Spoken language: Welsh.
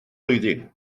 blwyddyn